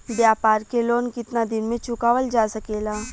व्यापार के लोन कितना दिन मे चुकावल जा सकेला?